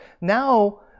Now